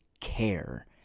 care